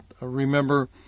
Remember